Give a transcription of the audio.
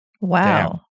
Wow